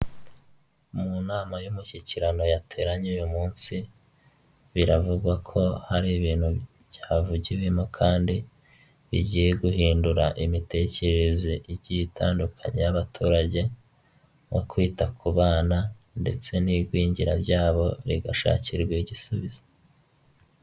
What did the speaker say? Umunara muremure cyane w'itumanaho uri mu mabara y'umutuku ndetse n'umweru bigaragara ko ari uwa eyateri hahagaze abatekinisiye bane bigaragara yuko bari gusobanurira aba bantu uko uyu munara ukoreshwa aha bantu bari gusobanurira bambaye amajire y'umutuku.